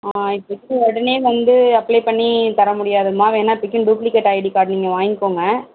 இப்போத்திக்கி உடனே வந்து அப்ளை பண்ணி தர முடியாதும்மா வேணா இப்பிக்கின் டூப்ளிகேட் ஐடி கார்டு நீங்கள் வாய்ங்க்கோங்க